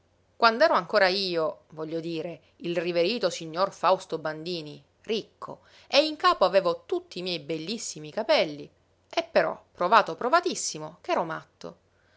calvo quand'ero ancora io voglio dire il riverito signor fausto bandini ricco e in capo avevo tutti i miei bellissimi capelli è però provato provatissimo ch'ero matto